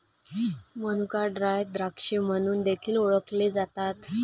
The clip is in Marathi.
मनुका ड्राय द्राक्षे म्हणून देखील ओळखले जातात